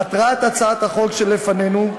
מטרת הצעת החוק שלפנינו,